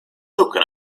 token